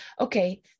okay